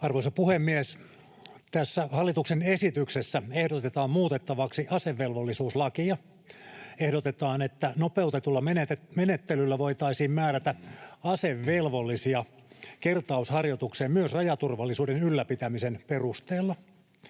Arvoisa puhemies! Tässä hallituksen esityksessä ehdotetaan muutettavaksi asevelvollisuuslakia. Ehdotetaan, että nopeutetulla menettelyllä voitaisiin määrätä asevelvollisia kertausharjoitukseen myös rajaturvallisuuden ylläpitämisen perusteella.